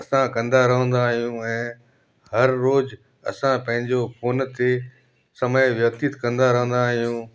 असां कंदा रहंदा आहियूं ऐं हर रोज़ु असां पंहिंजो फोन ते समय व्यतीत कंदा रहंदा आहियूं